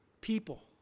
people